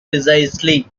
precisely